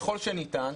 ככל שניתן,